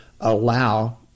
allow